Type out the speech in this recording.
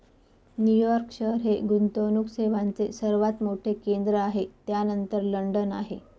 New York शहर हे गुंतवणूक सेवांचे सर्वात मोठे केंद्र आहे त्यानंतर लंडन आहे